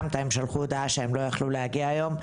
הודעה שהם לא יכלו להגיע היום,